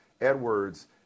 Edwards